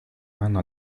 mano